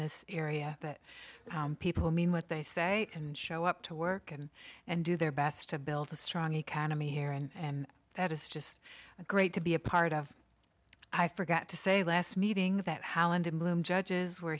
this area that people mean what they say and show up to work and and do their best to build a strong economy here and that is just great to be a part of i forgot to say last meeting that holland bloom judges were